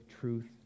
truth